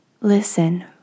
listen